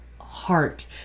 heart